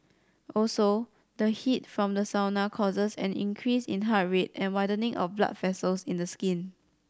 also the heat from the sauna causes an increase in heart rate and widening of blood vessels in the skin